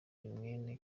mwene